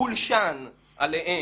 הולשן עליהם,